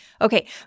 Okay